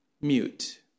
Mute